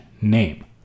name